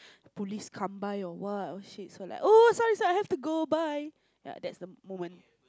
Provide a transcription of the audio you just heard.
police come by or what oh shit so like sorry sorry I have to go bye ya that's the moment